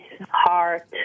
heart